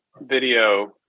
video